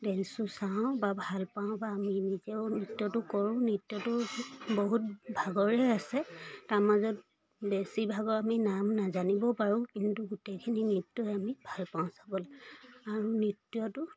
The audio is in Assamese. ডেঞ্চো চাওঁ বা ভাল পাওঁ বা আমি নিজেও নৃত্যটো কৰোঁ নৃত্যটো বহুত ভাগৰে আছে তাৰ মাজত বেছিভাগ আমি নাম নাজানিবও পাৰোঁ কিন্তু গোটেইখিনি নৃত্যই আমি ভাল পাওঁ চাবলৈ আৰু নৃত্যটো